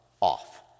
off